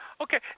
Okay